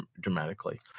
dramatically